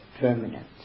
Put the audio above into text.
permanent